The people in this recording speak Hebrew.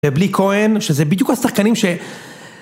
ובלי כהן, שזה בדיוק השחקנים ש...